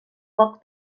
poc